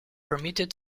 permitted